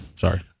Sorry